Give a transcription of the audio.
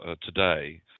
today